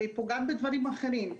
והיא פוגעת בדברים אחרים.